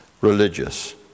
religious